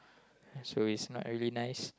so it's not really nice